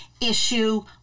issue